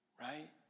Right